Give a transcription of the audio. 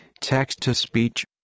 Text-to-speech